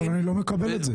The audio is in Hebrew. אני לא מקבל את זה.